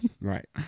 Right